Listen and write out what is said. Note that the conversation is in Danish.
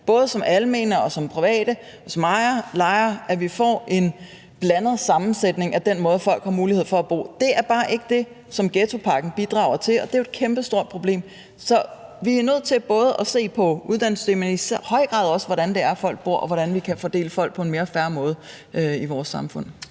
både almene og private boliger får en blandet sammensætning af muligheder, med hensyn til hvordan man kan bo. Det er bare ikke det, som ghettopakken bidrager til, og det er jo et kæmpestort problem. Så vi er nødt til både at se på uddannelsessystemet, men i høj grad også på, hvordan folk bor, og hvordan vi kan fordele på en mere fair måde i vores samfund.